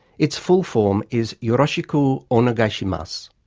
its full form is yoroshiku o neigai shimasu.